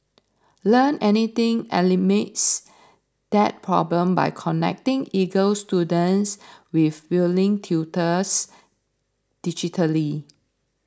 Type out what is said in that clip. Learn Anything eliminates that problem by connecting eager students with willing tutors digitally